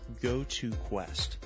goToQuest